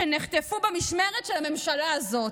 שנחטפו במשמרת של הממשלה הזאת?